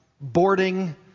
boarding